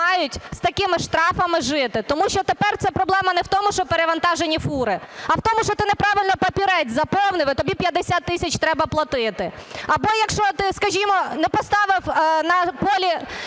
Тому що тепер це проблема не в тому, що перевантажені фури, а в тому, що ти не правильно папірець заповнив, а тобі 50 тисяч треба платити. Або, якщо ти, скажімо, не поставив на полі